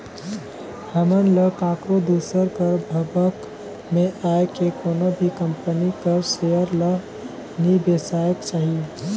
हमन ल काकरो दूसर कर भभक में आए के कोनो भी कंपनी कर सेयर ल नी बेसाएक चाही